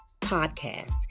podcast